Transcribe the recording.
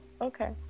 Okay